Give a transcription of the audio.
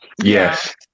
Yes